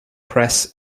press